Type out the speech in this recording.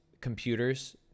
computers